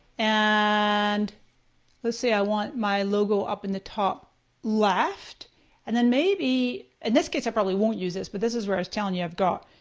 and let's say i want my logo up in the top left and then maybe, in and this case i probably won't use this but this is where i was telling you i've got,